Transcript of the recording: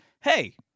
Hey